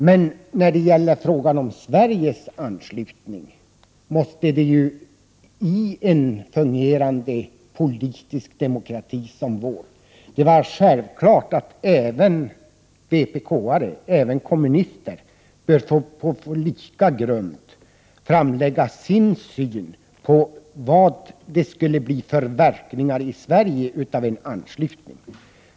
Men när det gäller frågan om Sveriges anslutning måste det i en fungerande politisk demokrati som vår vara självklart att även kommunister på samma villkor som andra framlägger sin syn på verkningarna för Sveriges del av en anslutning.